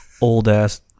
old-ass